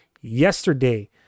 yesterday